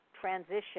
transition